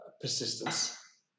persistence